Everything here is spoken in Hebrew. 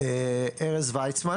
אני ציר